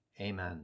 amen